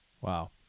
wow